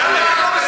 למה אתם לא מספחים?